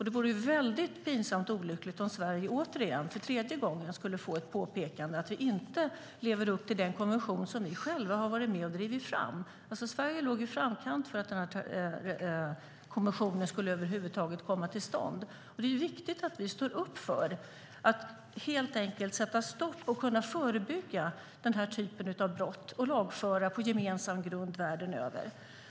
Det vore väldigt pinsamt och olyckligt som Sverige åter, för tredje gången, skulle få ett påpekande att vi inte lever upp till den konvention som vi själva har varit med och drivit fram. Sverige låg i framkant för att den här konventionen över huvud taget skulle komma till stånd. Det är viktigt att vi står upp för att helt enkelt sätta stopp och förebygga den här typen av brott och lagföra dem på gemensam grund världen över.